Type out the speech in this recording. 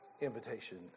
invitation